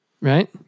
Right